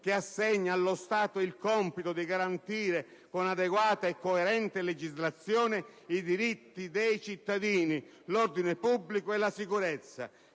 che assegna allo Stato il compito di garantire con adeguata e coerente legislazione i diritti dei cittadini, l'ordine pubblico e la sicurezza.